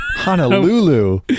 Honolulu